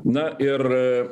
na ir